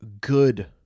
good